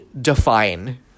define